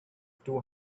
two